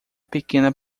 pequena